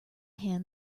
hand